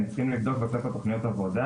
צריכים לבדוק בספר תוכניות העבודה,